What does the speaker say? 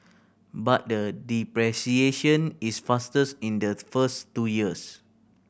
but the depreciation is fastest in the first two years